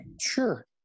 Sure